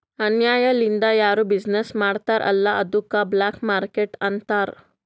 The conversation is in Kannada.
ಅನ್ಯಾಯ ಲಿಂದ್ ಯಾರು ಬಿಸಿನ್ನೆಸ್ ಮಾಡ್ತಾರ್ ಅಲ್ಲ ಅದ್ದುಕ ಬ್ಲ್ಯಾಕ್ ಮಾರ್ಕೇಟ್ ಅಂತಾರ್